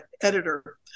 editor